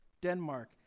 Denmark